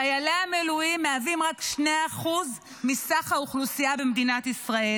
חיילי המילואים מהווים רק 2% מסך האוכלוסייה במדינת ישראל,